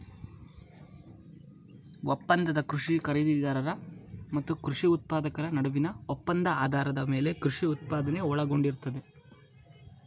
ಒಪ್ಪಂದದ ಕೃಷಿ ಖರೀದಿದಾರ ಮತ್ತು ಕೃಷಿ ಉತ್ಪಾದಕರ ನಡುವಿನ ಒಪ್ಪಂದ ಆಧಾರದ ಮೇಲೆ ಕೃಷಿ ಉತ್ಪಾದನೆ ಒಳಗೊಂಡಿರ್ತದೆ